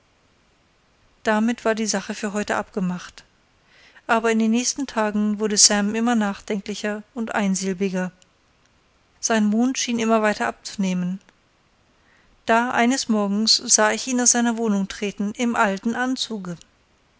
damit war die sache für heute abgemacht aber in den nächsten tagen wurde sam immer nachdenklicher und einsilbiger sein mond schien immer weiter abzunehmen da eines morgens sah ich ihn aus seiner wohnung treten im alten anzuge